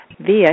via